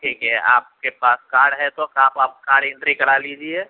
ٹھیک ہے آپ کے پاس کاڈ ہے تو آپ کاڈ انٹری کرا لیجیے